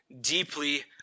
deeply